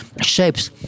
shapes